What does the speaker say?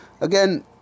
again